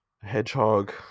Hedgehog